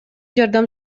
жардам